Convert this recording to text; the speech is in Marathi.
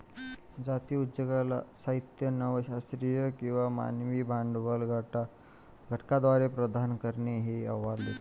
जातीय उद्योजकता साहित्य नव शास्त्रीय किंवा मानवी भांडवल घटकांद्वारे प्रदान करणे हे आव्हान देते